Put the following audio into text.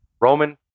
Roman